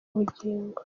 ubugingo